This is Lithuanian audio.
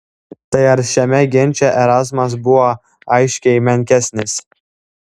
tai ar šiame ginče erazmas buvo aiškiai menkesnis